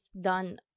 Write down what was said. done